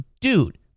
dude